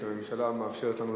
כשהממשלה מאפשרת לנו,